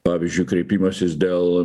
pavyzdžiui kreipimasis dėl